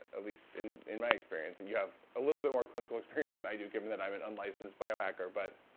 at least in in my experience. and you have a little bit more clinical experience than i do given that i'm an unlicensed bio hacker. but